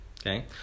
Okay